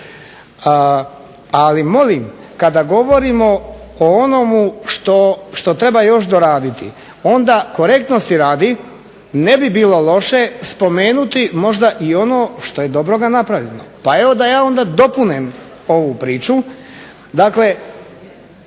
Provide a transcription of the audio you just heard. Ali molim kada govorimo o onome što treba još doraditi onda korektnosti radi ne bi bilo loše spomenuti ono što je dobroga napravljeno. Pa da ja dopunim ovu priču,